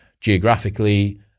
geographically